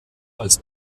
als